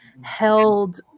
held